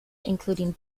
including